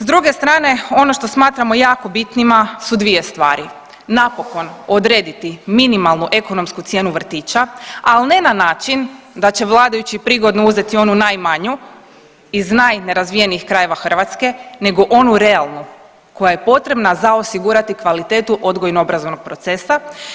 S druge strane ono što smatramo jako bitnima su dvije stvari, napokon odrediti minimalnu ekonomsku cijenu vrtića, ali ne na način da će vladajući prigodno uzeti onu najmanju iz najnerazvijenijih krajeva Hrvatske nego onu realnu koja je potrebna za osigurati kvalitetu odgojno obrazovnog procesa.